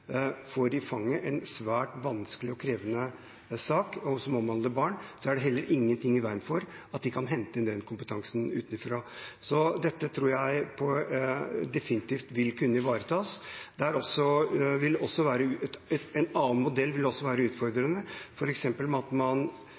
omhandler barn, er det heller ingenting i veien for at den kan hente inn den kompetansen utenfra. Dette tror jeg definitivt vil kunne ivaretas. En annen modell vil også være utfordrende. Samler man f.eks. barnesaker på bare noen få steder, vil det kunne medføre reisevei, overnatting osv., og det vil kanskje også kunne bidra til at